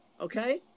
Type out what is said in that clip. okay